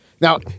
Now